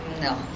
no